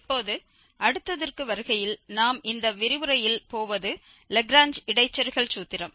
இப்போது அடுத்ததிற்கு வருகையில் நாம் இந்த விரிவுரையில் போவது லாக்ரேஞ்ச் இடைச்செருகல் சூத்திரம்